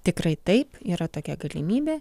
tikrai taip yra tokia galimybė